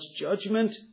judgment